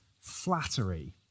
flattery